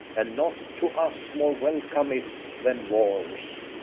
and naught to us more welcome is than wars.